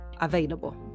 available